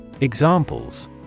Examples